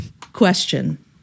question